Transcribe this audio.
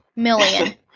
Million